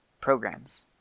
programs